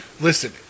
Listen